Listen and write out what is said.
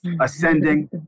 ascending